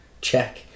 Check